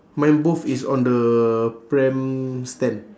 mine both is on the pram stand